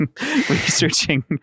researching